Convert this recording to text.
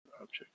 object